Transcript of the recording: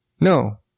No